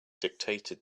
dictated